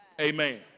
Amen